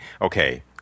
okay